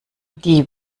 die